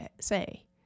say